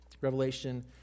Revelation